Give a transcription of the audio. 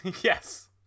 Yes